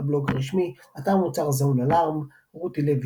הבלוג הרשמי אתר המוצר ZoneAlarm רותי לוי,